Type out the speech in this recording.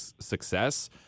success